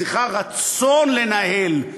היא צריכה רצון לנהל,